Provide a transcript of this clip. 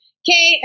okay